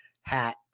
hat